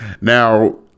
now